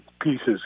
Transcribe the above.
pieces